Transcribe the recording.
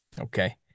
Okay